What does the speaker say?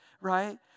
right